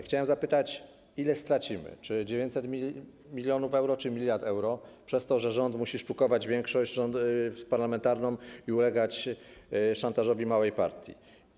Chciałem zapytać, ile stracimy, czy 900 mln euro, czy 1 mld euro przez to, że rząd musi sztukować większość parlamentarną i ulegać szantażowi małej partii.